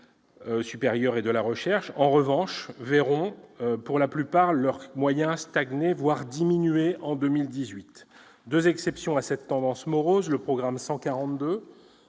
supérieur et de la recherche, verront, pour la plupart, leurs moyens stagner, voire diminuer en 2018. On note deux exceptions à cette tendance morose : le programme 142,